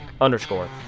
underscore